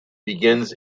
begins